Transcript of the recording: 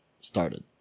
started